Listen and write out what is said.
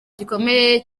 gikomeye